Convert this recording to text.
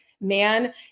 man